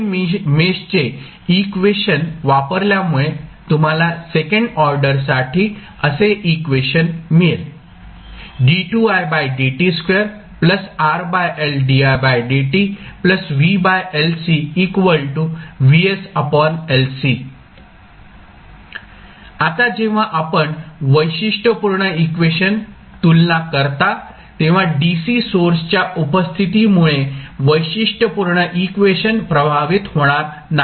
हे मेश चे इक्वेशन वापरल्यामुळे तुम्हाला सेकंड ऑर्डरसाठी असे इक्वेशन मिळेल आता जेव्हा आपण वैशिष्ट्यपूर्ण इक्वेशन तुलना करता तेव्हा DC सोर्सच्या उपस्थितीमुळे वैशिष्ट्यपूर्ण इक्वेशन प्रभावित होणार नाही